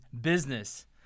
business